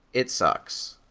it sucks.